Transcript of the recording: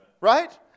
right